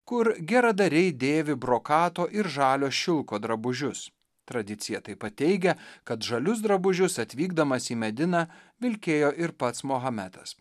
kur geradariai dėvi brokato ir žalio šilko drabužius tradicija taip pat teigia kad žalius drabužius atvykdamas į mediną vilkėjo ir pats mahometas